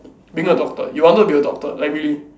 being a doctor you wanted to be a doctor like really